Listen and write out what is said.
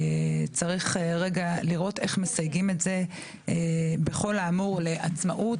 צריך רגע לראות איך מסייגים את זה בכל האמור לעצמאות,